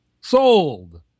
Sold